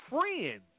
friends